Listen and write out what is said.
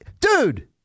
Dude